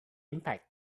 impact